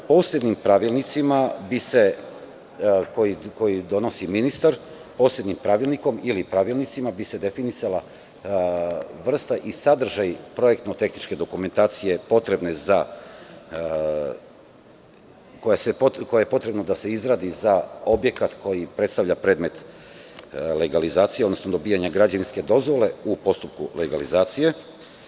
Posebnim pravilnikom ili pravilnicima, koje donosi ministar, bi se definisala vrsta i sadržaj projektno-tehničke dokumentacije koja je potrebna da se izradi za objekat koji predstavlja predmet legalizacije, odnosno dobijanja građevinske dozvole u postupku legalizacije.